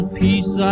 peace